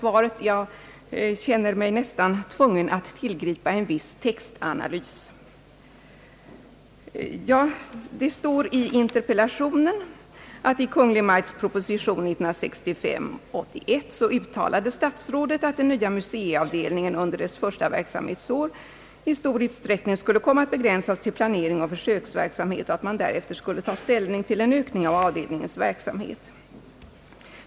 Jag känner mig nästan tvungen att tillgripa en textanalys. I interpellationen står det att statsrådet i Kungl. Maj:ts proposition nr 1965: 81 uttalade att den nya museiavdelningens arbete under första verksamhetsåret i stor utsträckning skulle komma att begränsas till planering och försöksverksamhet och att man därefter skulle ta ställning till en ökning av avdelningens verksamhet.